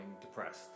depressed